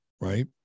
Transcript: right